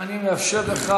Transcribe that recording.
אני מאפשר לך.